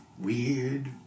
weird